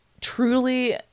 truly